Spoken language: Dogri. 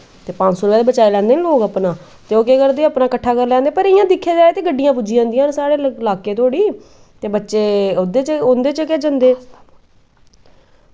ते पंज सौ दा बचाई लैंदे नी लोक अपना ते ओह् केह् करदे अपना किट्ठा करी लैंदे पर इ'यां दिक्खेआ जाए ते गड्डियां पुज्जी जंदियां न साढ़े लाह्के धोड़ी ते बच्चे उं'दे च गै जंदे